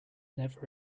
never